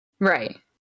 Right